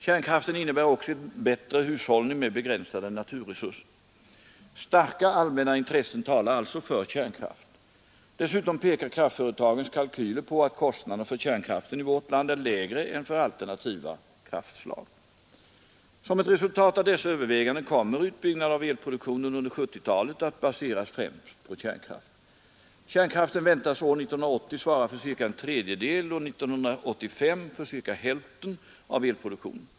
Kärnkraften innebär också en bättre hushållning med begränsade naturresurser. Starka allmänna intressen talar alltså för kärnkraft. Dessutom pekar kraftföretagens kalkyler på att kostnaderna för kärnkraften i vårt land är lägre än för alternativa kraftslag. Som ett resultat av dessa överväganden kommer utbyggnaden av elproduktionen under 1970-talet att baseras främst på kärnkraft. Kärnkraften väntas år 1980 svara för cirka en tredjedel och år 1985 för cirka hälften av elproduktionen.